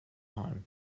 harm